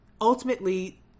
ultimately